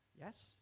Yes